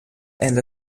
and